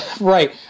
Right